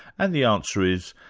and the answer is,